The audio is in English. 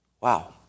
Wow